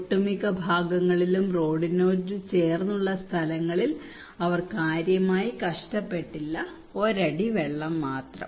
ഒട്ടുമിക്ക ഭാഗങ്ങളിലും റോഡിനോട് ചേർന്നുള്ള സ്ഥലങ്ങളിൽ അവർ കാര്യമായി കഷ്ടപ്പെട്ടില്ല ഒരടി വെള്ളം മാത്രം